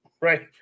right